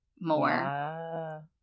more